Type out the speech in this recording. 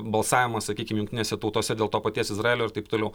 balsavimas sakykim jungtinėse tautose dėl to paties izraelio ir taip toliau